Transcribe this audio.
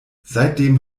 seitdem